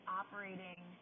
operating –